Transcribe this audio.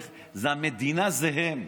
המדינה זה הם,